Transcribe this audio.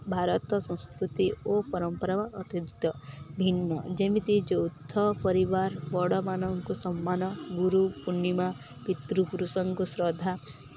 ଭାରତ ସଂସ୍କୃତି ଓ ପରମ୍ପରା ଅତୀତ ଭିନ୍ନ ଯେମିତି ଯୌଥ ପରିବାର ବଡ଼ମାନଙ୍କୁ ସମ୍ମାନ ଗୁରୁ ପୂର୍ଣ୍ଣିମା ପିତୃପୁରୁଷଙ୍କୁ ଶ୍ରଦ୍ଧା